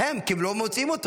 הם, כי הם לא מוציאים אותו.